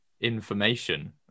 information